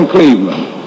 Cleveland